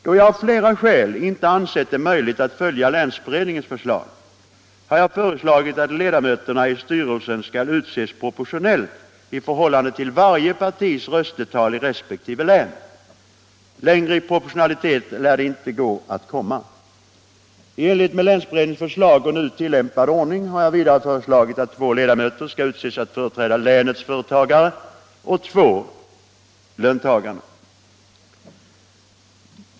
Då jag av flera skäl inte ansett det möjligt att följa länsberedningens förslag, har jag föreslagit att ledamöterna i styrelsen skall utses proportionellt i förhållande till varje partis röstetal i resp. län. Längre i fråga om proportionalitet lär det inte gå att komma. I enlighet med länsberedningens förslag och nu tillämpad ordning har jag vidare föreslagit att två ledamöter skall utses att företräda länets företagare och två att företräda löntagarna.